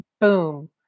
boom